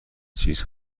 چیز